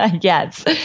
Yes